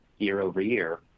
year-over-year